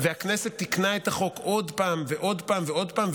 והכנסת תיקנה את החוק עוד פעם ועוד פעם ועוד פעם,